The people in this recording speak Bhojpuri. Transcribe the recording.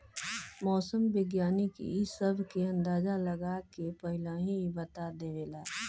मौसम विज्ञानी इ सब के अंदाजा लगा के पहिलहिए बता देवेला